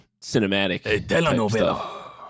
cinematic